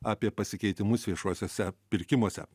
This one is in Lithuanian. apie pasikeitimus viešuosiuose pirkimuose